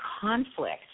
conflict